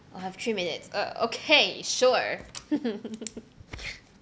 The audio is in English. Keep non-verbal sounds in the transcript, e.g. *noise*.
I have three minutes uh okay sure *laughs*